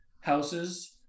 houses